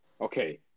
Okay